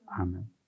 Amen